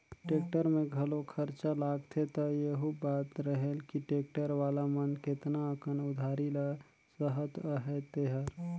tractor में घलो खरचा लागथे त एहू बात रहेल कि टेक्टर वाला मन केतना अकन उधारी ल सहत अहें तेहर